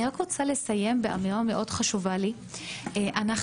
אני רוצה לסיים באמירה מאוד חשובה: אנחנו